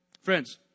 Friends